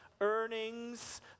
earnings